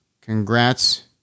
Congrats